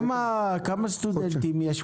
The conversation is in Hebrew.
כמה סטודנטים יש?